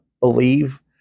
believe